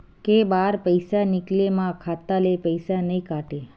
के बार पईसा निकले मा खाता ले पईसा नई काटे?